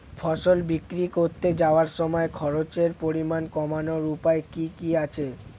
ফসল বিক্রি করতে যাওয়ার সময় খরচের পরিমাণ কমানোর উপায় কি কি আছে?